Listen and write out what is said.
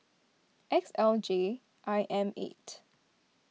X L J I M eight